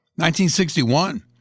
1961